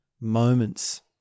moments